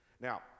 Now